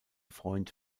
freund